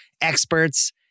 experts